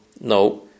no